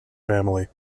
family